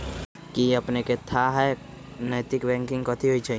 कि अपनेकेँ थाह हय नैतिक बैंकिंग कथि होइ छइ?